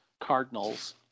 cardinals